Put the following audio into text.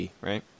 right